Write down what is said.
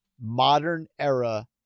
modern-era